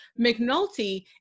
McNulty